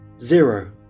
zero